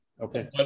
Okay